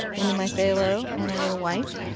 into my phthalo and a little white.